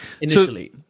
initially